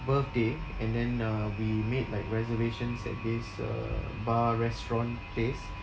birthday and then uh we made like reservations at this uh bar restaurant place